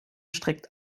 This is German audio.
streckte